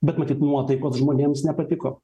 bet matyt nuotaikos žmonėms nepatiko